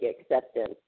acceptance